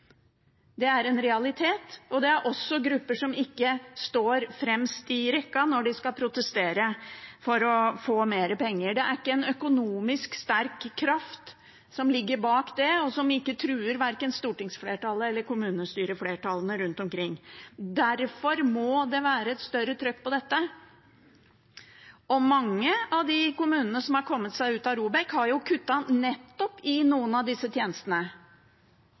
det er en realitet. Det er grupper som ikke står fremst i rekken når de skal protestere for å få mer penger. Det er ikke en økonomisk sterk kraft som ligger bak det, som truer verken stortingsflertallet eller kommunestyreflertallene rundt omkring. Derfor må det være et større trøkk på dette. Mange av kommunene som har kommet seg ut av ROBEK, har kuttet nettopp i noen av tjenestene til disse